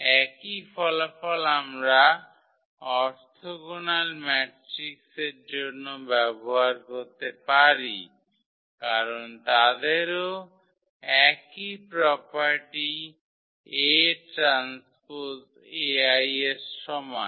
একই ফলাফল আমরা অরথোগোনাল ম্যাট্রিক্স এর জন্যও ব্যবহার করতে পারি কারণ তাদেরও একই property A transpose A I এর সমান